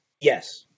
Yes